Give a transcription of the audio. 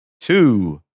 Two